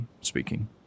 speaking